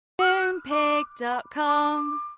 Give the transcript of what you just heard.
MoonPig.com